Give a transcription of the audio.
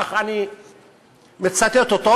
כך אני מצטט אותו